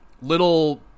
little